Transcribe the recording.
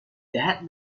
that